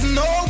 no